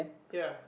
ya